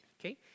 okay